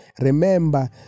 Remember